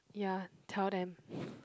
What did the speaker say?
ya tell them